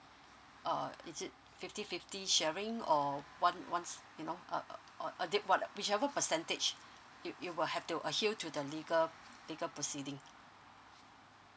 err is it fifty fifty sharing or one once you know uh uh a deep what whichever percentage you you will have to adhere to the legal legal proceeding